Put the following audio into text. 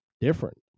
different